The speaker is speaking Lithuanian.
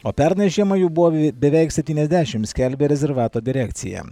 o pernai žiemą jų buvo beveik septyniasdešmt skelbia rezervato direkcija